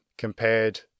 compared